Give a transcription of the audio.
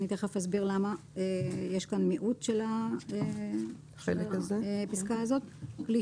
אני מיד אסביר למה יש כאן מיעוט של הפסקה הזאת כלי